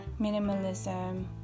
minimalism